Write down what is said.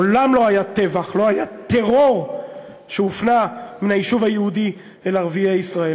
מעולם לא היה טבח ולא היה טרור שהופנה מן היישוב היהודי אל ערביי ישראל.